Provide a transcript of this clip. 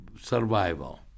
survival